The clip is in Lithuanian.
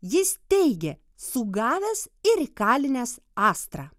jis teigė sugavęs ir įkalinęs astrą